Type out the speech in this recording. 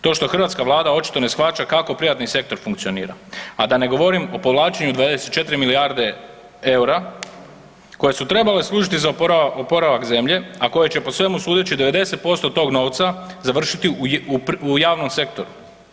To što hrvatska Vlada očito ne shvaća kako privatni sektor funkcionira a da ne govorim o povlačenju 24 milijarde eura koje su trebale služiti za oporavak zemlje a koje će po svemu sudeći 90% od tog novca, završiti u javnom sektoru.